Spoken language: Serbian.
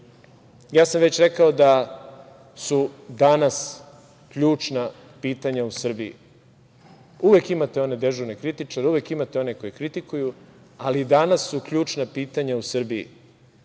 ja sam već rekao da su danas ključna pitanja u Srbiji. Uvek imate dežurne kritičare, uvek imate one koji kritikuju, ali danas su ključna pitanja u Srbiji.